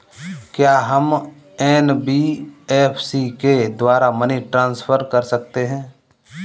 क्या हम एन.बी.एफ.सी के द्वारा मनी ट्रांसफर कर सकते हैं?